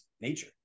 nature